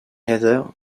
heather